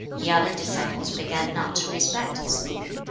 the other disciples began not to respect tsze-lu.